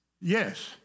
Yes